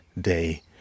day